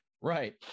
Right